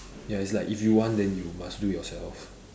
ya it's like if you want then you must do yourself